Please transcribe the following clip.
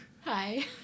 Hi